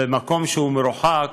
זה מקום שהוא מרוחק